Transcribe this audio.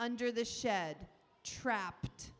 under the shed trapped